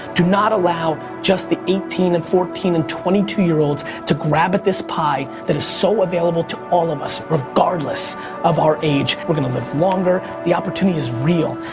do not allow just the eighteen and fourteen and twenty two year olds to grab at this pie that is so available to all of us regardless of our age. we're gonna live longer. the opportunity is real.